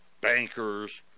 Bankers